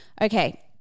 Okay